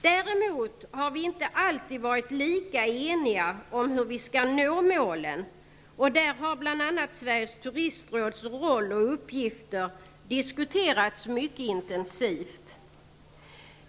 Däremot har vi inte alltid varit lika eniga om hur vi skall nå målen, och där har bl.a. Sveriges turistråds roll och uppgifter diskuterats mycket intensivt.